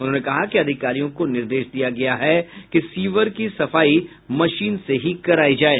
उन्होंने कहा कि अधिकारियों को निर्देश दिया गया है कि सीवर की सफाई मशीन से ही करायी जाये